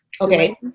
Okay